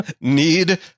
need